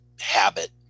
habit